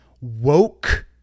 woke